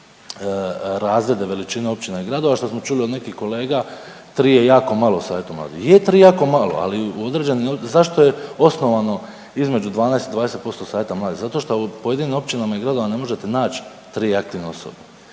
razrede, veličine općina i gradova, što smo čuli od nekih kolega, 3 je jako malo savjetu mladih, je 3 jako malo, ali u određenim, zašto je osnovano između 12 i 20% savjeta mladih? Zato što u pojedinim općinama i gradovima ne možete naći 3 aktivne osobe.